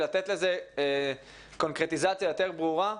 לתת לזה קונקרטיזציה יותר ברורה,